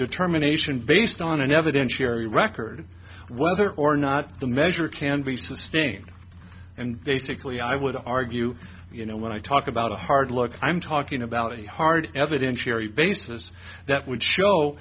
determination based on an evidentiary record whether or not the measure can be sustained and basically i would argue you know when i talk about a hard look i'm talking about a hard evidence very basis that would show